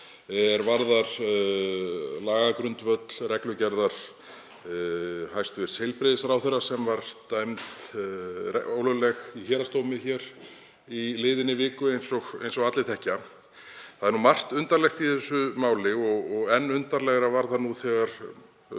er varðar lagagrundvöll reglugerðar hæstv. heilbrigðisráðherra sem dæmd var ólögleg í héraðsdómi hér í liðinni viku eins og allir þekkja. Það er margt undarlegt í þessu máli og enn undarlegra varð það nú þegar